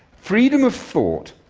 freedom of thought,